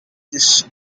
this